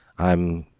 i'm